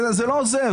זה לא עוזר.